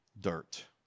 dirt